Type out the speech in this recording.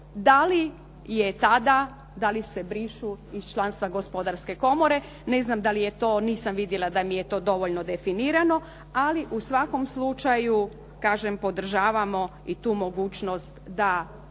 da li se brišu iz članstva gospodarske komore. Ne znam da li je to, nisam vidjela da li mi je to dovoljno definirano. Ali u svakom slučaju kažem da podržavamo i tu mogućnost da